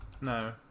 No